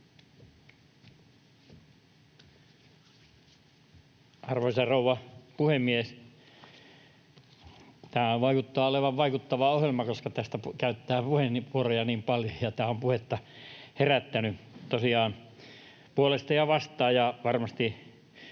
Arvoisa rouva puhemies! Tämä vaikuttaa olevan vaikuttava ohjelma, koska tästä käytetään puheenvuoroja niin paljon. Tämä on puhetta herättänyt tosiaan puolesta ja vastaan,